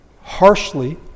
harshly